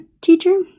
teacher